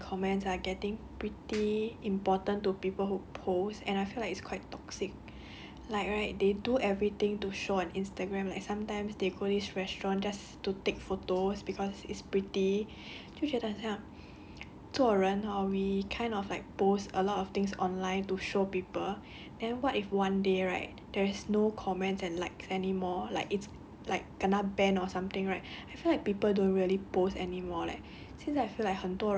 ya I feel like right likes and comments are getting pretty important to people who posts and I feel like it's quite toxic like right they do everything to show on instagram like sometimes they go this restaurant just to take photos cause it's pretty 就觉得很像做人 hor we kind of like post a lot of things online to show people and what if one day right there is no comments and likes anymore like it's like kena ban or something right